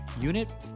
UNIT